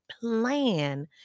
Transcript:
plan